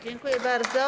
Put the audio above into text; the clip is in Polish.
Dziękuję bardzo.